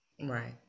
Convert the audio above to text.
Right